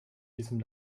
diesem